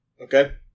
Okay